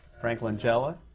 frank langella,